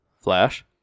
Flash